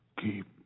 keep